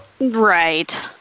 Right